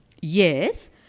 Yes